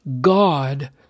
God